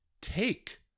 take